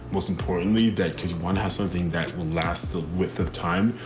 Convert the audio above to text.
most importantly, that kids, one has something that will last the width of time.